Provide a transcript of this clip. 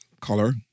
color